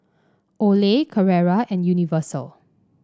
Olay Carrera and Universal